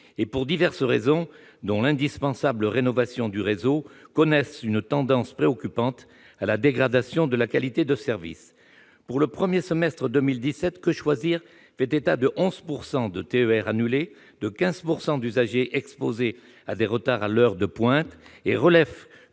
et, pour diverses raisons, dont l'indispensable rénovation du réseau, connaissent une tendance préoccupante à la dégradation de la qualité de service. Pour le premier semestre de 2017, l'UFC-Que choisir fait état de 11 % de TER annulés, de 15 % d'usagers exposés à des retards aux heures de pointe, et relève